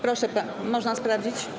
Proszę, można sprawdzić?